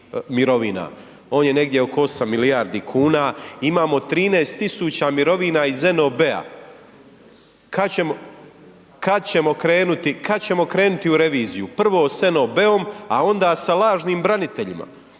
On je negdje oko 8 milijardi kuna, imamo 13.000 mirovina iz NOB-a, kad ćemo krenuti, kad ćemo krenuti u reviziju, prvo s NOB-om, a onda sa lažnim braniteljima